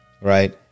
Right